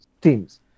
teams